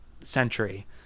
century